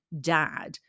dad